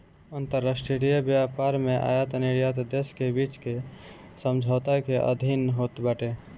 अंतरराष्ट्रीय व्यापार में आयत निर्यात देस के बीच में समझौता के अधीन होत बाटे